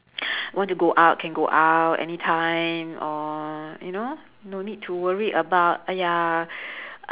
want to go out can go out anytime or you know no need to worry about !aiya!